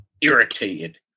irritated